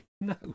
No